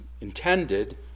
intended